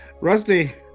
Rusty